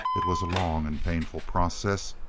it was a long and painful process,